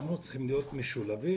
אנחנו צריכים להיות משולבים